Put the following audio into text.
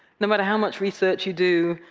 no matter how much research you do,